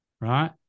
right